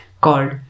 called